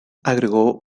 agregó